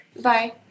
Bye